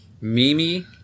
mimi